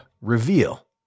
reveal